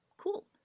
cool